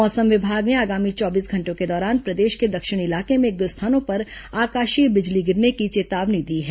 मौसम विभाग ने आगामी चौबीस घंटों के दौरान प्रदेश के दक्षिणी इलाके में एक दो स्थानों पर आकाशीय बिजली गिरने की चेतावनी दी है